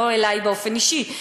לא אלי באופן אישי,